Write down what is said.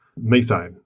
Methane